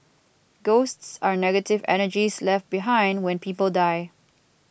ghosts are negative energies left behind when people die